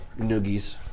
Noogies